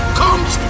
comes